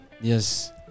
yes